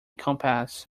compass